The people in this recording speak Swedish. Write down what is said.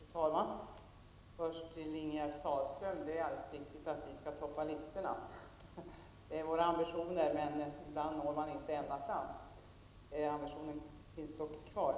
Fru talman! Jag vill först till Ingegerd Sahlström säga att det är riktigt att kvinnorna skall toppa listorna. Det är vår ambition, men ibland når man inte ända fram. Ambitionen finns dock kvar.